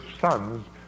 sons